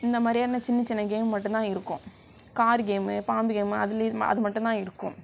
இந்த மாதிரியான சின்ன சின்ன கேம் மட்டும் தான் இருக்கும் காரு கேமு பாம்பு கேமு அதில் அது மட்டும் தான் இருக்கும்